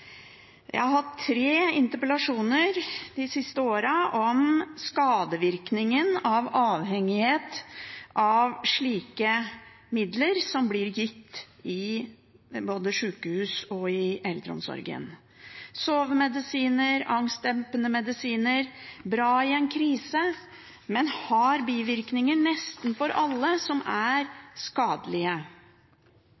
Jeg har hatt tre interpellasjoner de siste årene om skadevirkningene av avhengighet av midler som blir gitt i både sykehus og eldreomsorgen. Sovemedisiner og angstdempende medisiner er bra i en krise, men har bivirkninger som er skadelige for nesten alle.